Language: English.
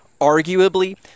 arguably